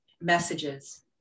messages